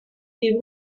die